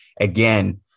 Again